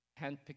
handpicked